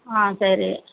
ஆ சரி